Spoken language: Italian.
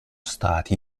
stati